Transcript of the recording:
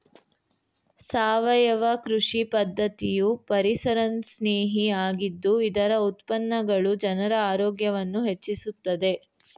ಸಾವಯವ ಕೃಷಿ ಪದ್ಧತಿಯು ಪರಿಸರಸ್ನೇಹಿ ಆಗಿದ್ದು ಇದರ ಉತ್ಪನ್ನಗಳು ಜನರ ಆರೋಗ್ಯವನ್ನು ಹೆಚ್ಚಿಸುತ್ತದೆ